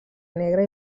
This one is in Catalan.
negre